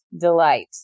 delight